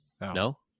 No